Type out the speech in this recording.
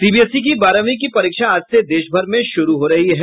CBSE की बारहवीं की परीक्षा आज से देशभर में शुरू हो रही है